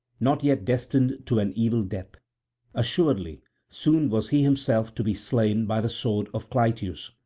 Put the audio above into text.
not yet destined to an evil death assuredly soon was he himself to be slain by the sword of clytius.